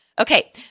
Okay